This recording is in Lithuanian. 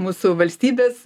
mūsų valstybės